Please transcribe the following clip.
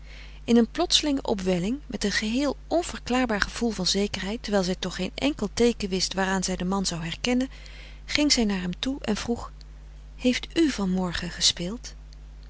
in een plotselinge opwelling met een geheel onverklaarbaar gevoel van zekerheid terwijl zij toch geen enkel teeken wist waaraan zij den man zou herkennen ging zij naar hem toe en vroeg heeft u van morge gespeeld